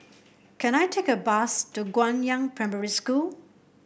can I take a bus to Guangyang Primary School